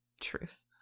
truth